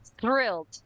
thrilled